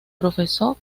profesó